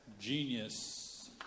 Genius